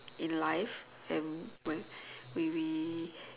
in life and we we we